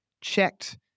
checked